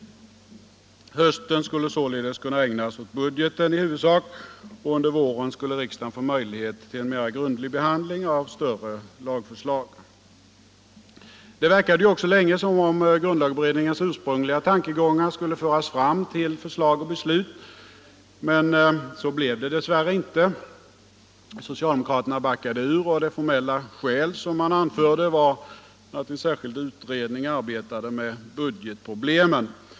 Hösten skulle således kunna ägnas budgeten i huvudsak, och under våren skulle riks dagen få möjlighet till mer grundlig behandling av större lagförslag. Nr 7 Det verkade ju också länge som om grundlagberedningens ursprungliga tankegångar skulle föra fram till förslag och beslut. Men så blev det dess värre inte. Socialdemokraterna backade ur, och det formella skäl som man anförde var att en särskild utredning arbetade med budget = Riksdagsval under problemen.